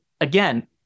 again